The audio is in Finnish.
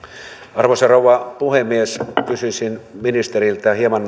arvoisa rouva puhemies kysyisin ministeriltä hieman